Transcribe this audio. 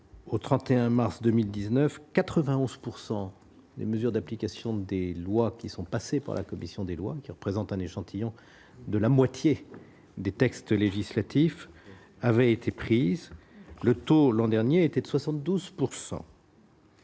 au 31 mars 2019 91 pourcent, les mesures d'application des lois qui sont passés par la commission des lois, qui représente un échantillon de la moitié des textes législatifs avait été prise le taux l'an dernier était de 72